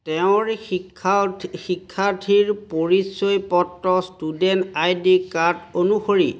তেওঁৰ শিক্ষাৰ্থীৰ পৰিচয় পত্ৰ ষ্টুডেণ্ট আই ডি কাৰ্ড অনুসৰি